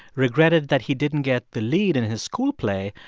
regretted that he didn't get the lead in his school play,